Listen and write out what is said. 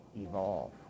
evolve